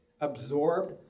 absorbed